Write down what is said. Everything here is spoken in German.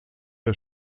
der